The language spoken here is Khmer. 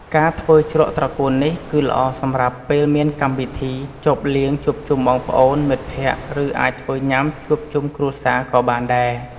ការធ្វើជ្រក់ត្រកួននេះ គឺល្អសម្រាប់ពេលមានកម្មវិធីជប់លៀងជួបជុំបងប្អូន មិត្តភក្តិ ឬអាចធ្វើញ៉ាំជួបជុំគ្រួសារក៏បានដែរ។